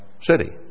city